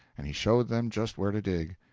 and he showed them just where to dig.